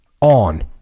on